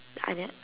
I ne~